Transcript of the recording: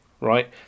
right